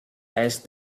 asked